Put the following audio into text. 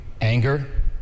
anger